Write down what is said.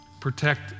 Protect